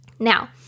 Now